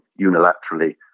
unilaterally